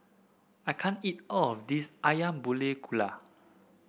I can't eat all of this ayam Buah Keluak